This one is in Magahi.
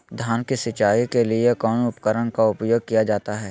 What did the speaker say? धान की सिंचाई के लिए कौन उपकरण का उपयोग किया जाता है?